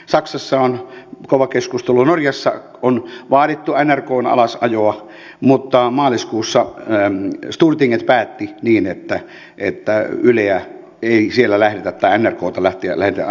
saksassa on kova keskustelu norjassa on vaadittu nrkn alasajoa mutta maaliskuussa stortinget päätti niin että nrkta ei siellä lähdetä ajamaan alas